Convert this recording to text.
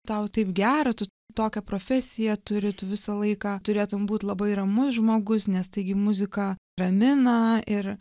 tau taip gera tu tokią profesiją turi tu visą laiką turėtum būt labai ramus žmogus nes taigi muzika ramina ir